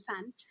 fan